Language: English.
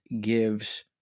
gives